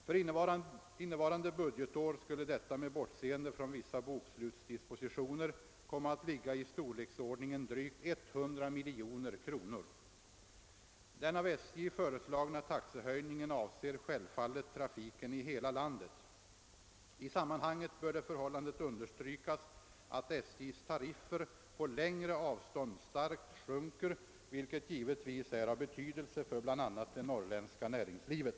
För innevarande budgetår skulle detta — med bortseende från vissa bokslutsdispositioner — komma att ligga i storleksordningen drygt 100 miljoner kronor. Den av SJ föreslagna taxehöjningen avser självfallet trafiken i hela landet. I sammanhanget bör det förhållandet understrykas att SJ:s tariffer på längre avstånd starkt sjunker, vilket givetvis är av betydelse för bl.a. det norrländska näringslivet.